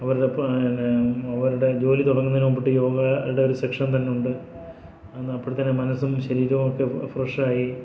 അതുപോലെ പിന്നെ അവരുടെ ജോലി തുടങ്ങുന്നതിന് മുമ്പ് യോഗയുടെ ഒരു സെക്ഷൻ തന്നെ ഉണ്ട് അപ്പോഴത്തേനും മനസ്സും ശരീരവും ഒക്കെ ഫ്രഷ് ആയി